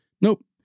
Nope